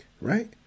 right